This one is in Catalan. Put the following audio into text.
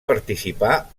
participar